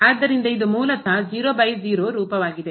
ಆದ್ದರಿಂದ ಇದು ಮೂಲತಃ 00 ರೂಪವಾಗಿದೆ